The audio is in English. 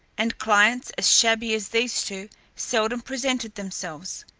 and clients as shabby as these two seldom presented themselves.